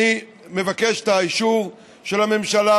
אני מבקש את האישור של הממשלה,